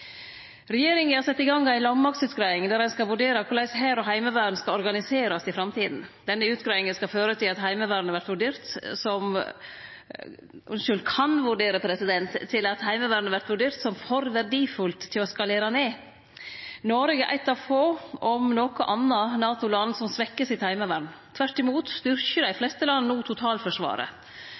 Regjeringa har sett i gang ei landmaktutgreiing der ein skal vurdere korleis hær og heimevern skal organiserast i framtida. Denne utgreiinga kan føre til at Heimevernet vert vurdert som for verdifullt til å skalere ned. Noreg er eit av få – om nokon – NATO-land som svekkjer heimevernet sitt. Tvert imot styrkjer dei fleste land no totalforsvaret.